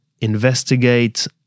investigate